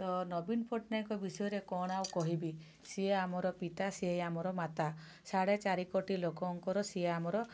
ତ ନବୀନ ପଟ୍ଟନାୟକଙ୍କ ବିଷୟରେ କ'ଣ ଆଉ କହିବି ସିଏ ଆମର ପିତା ସିଏ ଆମର ମାତା ସାଢ଼େ ଚାରି କୋଟି ଲୋକଙ୍କର ସିଏ ଆମର